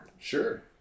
Sure